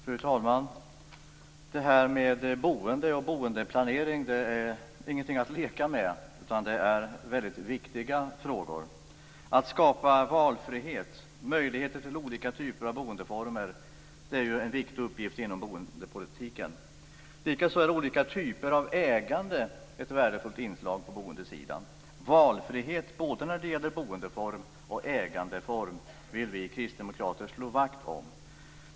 Fru talman! Detta med boende och boendeplanering är ingenting att leka med, utan det är väldigt viktiga frågor. Att skapa valfrihet - möjligheter till olika typer av boendeformer - är en viktig uppgift inom bostadspolitiken. Likaså är olika typer av ägande ett värdefullt inslag på boendesidan. Valfrihet både när det gäller boendeform och ägandeform vill vi kristdemokrater slå vakt om.